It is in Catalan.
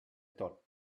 tot